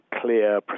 clear